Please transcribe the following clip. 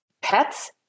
pets